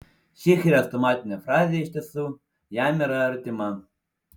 ši chrestomatinė frazė iš tiesų jam yra artima